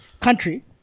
Country